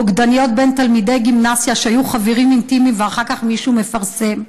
בוגדנות בין תלמידי גימנסיה שהיו חברים אינטימיים ואחר כך מישהו מפרסם.